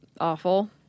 awful